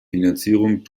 finanzierung